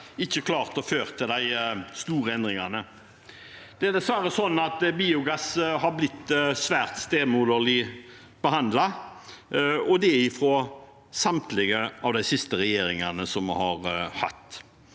ikke ført til de store endringene. Det er dessverre sånn at biogass har blitt svært stemoderlig behandlet – og det av samtlige av de siste regjeringene. Jeg skal